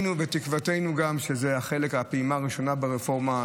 תקוותנו גם שזה החלק הוא הפעימה הראשונה ברפורמה.